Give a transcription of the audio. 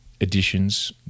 additions